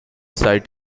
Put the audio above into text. sight